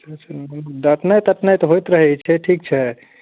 डँटनाइ तटनाइ तऽ होइत रहै छै ठीक छै